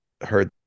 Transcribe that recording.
heard